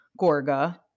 Gorga